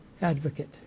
advocate